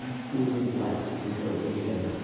food was blessed before it was eaten.